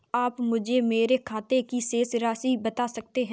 आप मुझे मेरे खाते की शेष राशि बता सकते हैं?